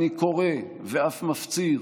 אני קורא, ואף מפציר